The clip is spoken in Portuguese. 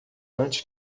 antes